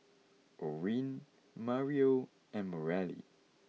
Orrin Mario and Mareli